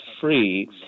free